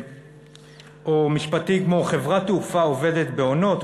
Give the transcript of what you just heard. או משפטים כמו: "חברת תעופה עובדת בעונות,